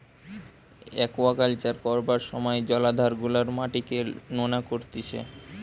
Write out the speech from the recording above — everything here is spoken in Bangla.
আকুয়াকালচার করবার সময় জলাধার গুলার মাটিকে নোনা করতিছে